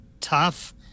tough